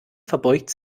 verbeugt